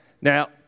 Now